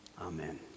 Amen